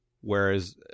Whereas